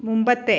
മുമ്പത്തെ